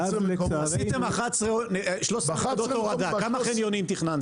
עשיתם 13 נקודות הורדה, כמה חניונים תכננתם?